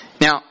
Now